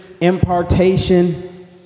impartation